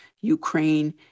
Ukraine